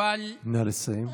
נא לסיים.